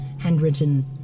handwritten